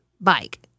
bike